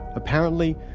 apparently,